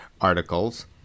articles